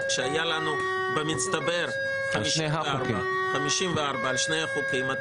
כשהיה לנו במצטבר 54 על שני החוקים.